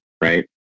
right